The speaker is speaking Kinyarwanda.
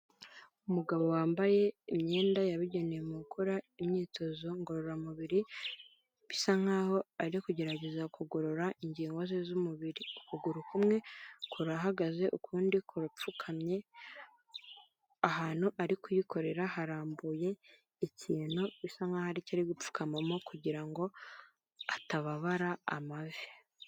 Umugabo wambaye imyenda yabugenewe mu gukora imyitozo ngororamubiri, bisa nk'aho ari kugerageza kugorora ingingo ze z'umubiri, ukuguru kumwe kurahagaze ukundi kurapfukamye, ahantu ari kuyikorera harambuye ikintu bisa nk'aho ari cyo ari gupfukamamo kugira ngo atababara amavi.